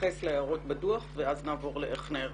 תתייחס להערות שבדוח ואז נראה איך נערכים.